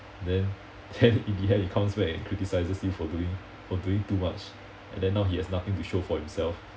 then then in the end he comes back and criticises you for doing for doing too much and then now he has nothing to show for himself